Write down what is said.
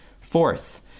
Fourth